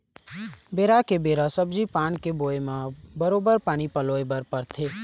बेरा के बेरा सब्जी पान के बोए म बरोबर पानी पलोय बर परथे